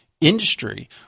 industry